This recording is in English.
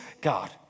God